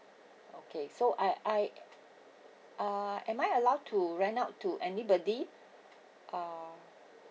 okay so I I uh am I allowed to rent out to anybody uh